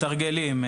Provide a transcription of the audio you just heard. מתרגלים,